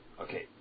Okay